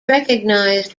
recognized